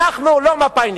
אנחנו לא מפא"יניקים.